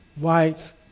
whites